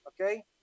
okay